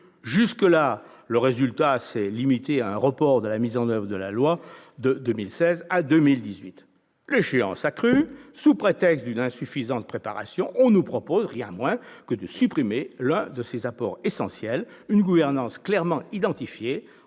Jusqu'ici, le résultat s'est limité à un report de la mise en oeuvre de la loi de 2016 à 2018. L'échéance échue, sous prétexte d'une insuffisante préparation, on nous propose rien moins que de supprimer l'un de ses apports essentiels : une gouvernance clairement identifiée